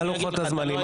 מה לוחות הזמנים?